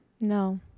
No